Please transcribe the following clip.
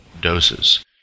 doses